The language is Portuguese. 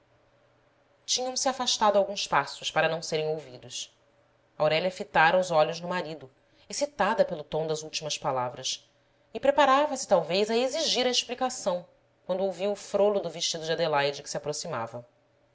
dia tinham-se afastado alguns passos para não serem ouvidos aurélia fitara os olhos no marido excitada pelo tom das últimas palavras e preparava-se talvez a exigir a explicação quando ouviu o frolo do vestido de adelaide que se aproximava